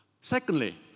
Secondly